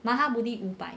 mahabodhi 五百